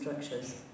structures